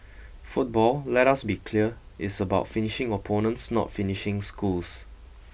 football let us be clear is about finishing opponents not finishing schools